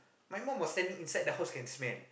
my mom was standing inside the house can smell